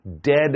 dead